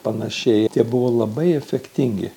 panašiai tie buvo labai efektingi